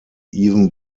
even